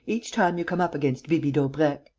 each time you come up against bibi daubrecq!